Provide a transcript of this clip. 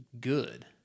good